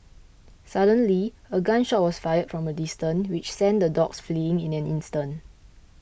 suddenly a gun shot was fired from a distance which sent the dogs fleeing in an instant